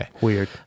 weird